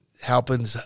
helping